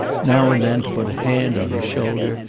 now and then to put a hand on his shoulder,